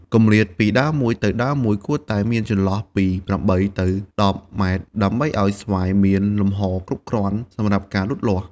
គម្លាតពីមួយដើមទៅមួយដើមគួរតែមានចន្លោះពី ៨ ទៅ ១០ ម៉ែត្រ ដើម្បីឲ្យដើមស្វាយមានលំហគ្រប់គ្រាន់សម្រាប់ការលូតលាស់។